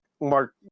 Mark